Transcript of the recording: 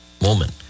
moment